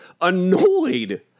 annoyed